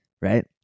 right